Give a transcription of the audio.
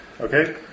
Okay